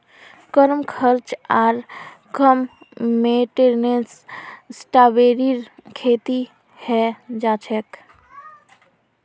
कम खर्च आर कम मेंटेनेंसत स्ट्रॉबेरीर खेती हैं जाछेक